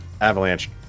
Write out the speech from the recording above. Avalanche